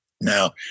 now